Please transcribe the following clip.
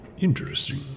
Interesting